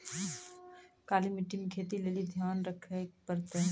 काली मिट्टी मे खेती लेली की ध्यान रखे परतै?